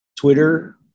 Twitter